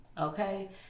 Okay